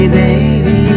baby